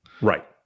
Right